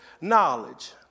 knowledge